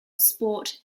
sport